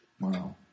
Wow